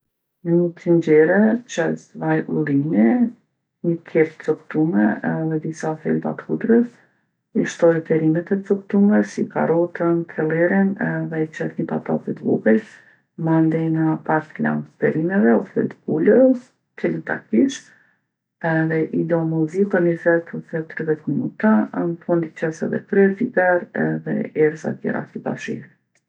Në ni tenxhere qes vaj ullini, ni kep t'coptume edhe disa thelba t'hudrës. I shtoj perimet e coptume si karrotën, cellerin edhe i qes ni patate t'vogël. Mandena pak lang t'perimeve ose t'pulës, cilën ta kish, edhe i lo mu zi për nizet ose tridhet minuta. N'fund i qes edhe kyrp, biber edhe erza tjera sipas shijës.